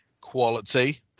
quality